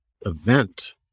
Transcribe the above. event